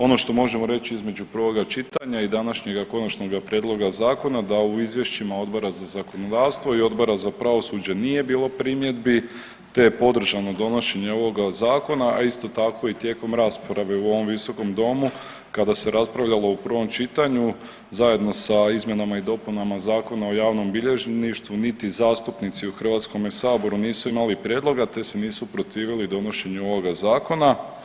Ono što možemo reći između prvoga čitanja i današnjega konačnog prijedloga zakona da u izvješćima Odbora za zakonodavstvo i Odbora za pravosuđe nije bilo primjedbi te je podržano donošenje ovoga zakona, a isto tako i tijekom rasprave u ovom visokom domu kada se raspravljalo u prvom čitanju zajedno sa izmjenama i dopunama Zakona o javnom bilježništvu niti zastupnici u Hrvatskom saboru nisu imali prijedloga te se nisu protivili donošenju ovoga zakona.